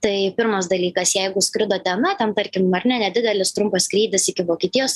tai pirmas dalykas jeigu skridote na ten tarkim ar ne nedidelis trumpas skrydis iki vokietijos